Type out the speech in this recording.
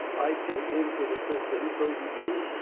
i pay into the system. so do you.